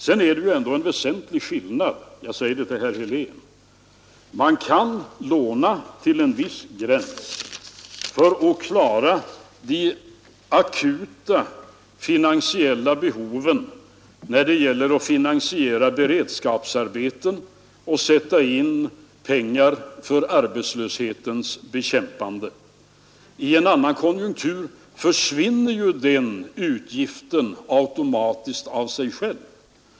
Sedan är det ju ändå en väsentlig skillnad — jag säger det till herr Helén: Man kan låna till en viss gräns för att klara de akuta finansiella behoven när det gäller att finansiera beredskapsarbeten och sätta in pengar för arbetslöshetens bekämpande. I en annan konjunktur försvinner den utgiften automatiskt.